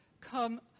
come